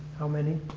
how many?